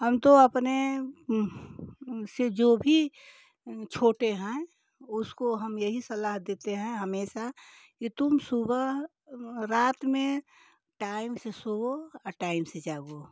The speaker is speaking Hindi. हम तो अपने से जो भी छोटे हैं उसको हम यही सलाह देते हैं हमेशा कि तुम सुबह रात में टाइम से सोओ और टाइम से जागो